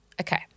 Okay